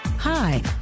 Hi